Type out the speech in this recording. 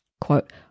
quote